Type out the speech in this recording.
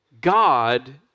God